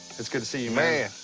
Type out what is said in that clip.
it's good to see you. man!